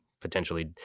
potentially